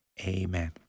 Amen